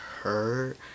hurt